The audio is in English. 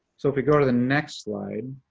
so if we go to the next slide,